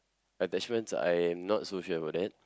attachments I am not so sure about that